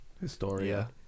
Historia